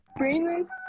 brainless